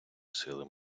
сили